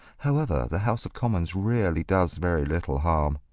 however, the house of commons really does very little harm.